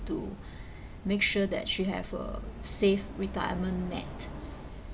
to make sure that she have a safe retirement net